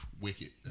wicked